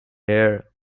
air